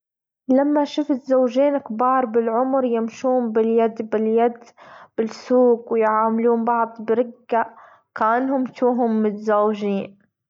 لما شفت زوجين كبار بالعمر يمشون باليد باليد بالسوج ويعاملون بعض برجة كأنهم توهم متزوجين.